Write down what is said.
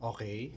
Okay